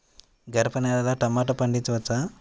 గరపనేలలో టమాటా పండించవచ్చా?